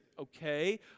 okay